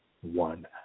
one